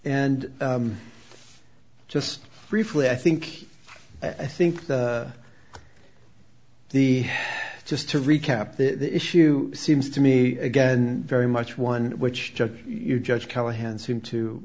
and just briefly i think i think the the just to recap the issue seems to me again very much one which you judge callahan seem to